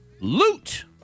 loot